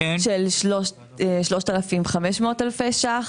של 3,500 אלפי ש"ח.